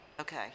Okay